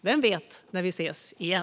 Vem vet när vi ses igen?